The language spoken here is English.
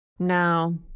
No